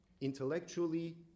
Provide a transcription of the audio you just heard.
intellectually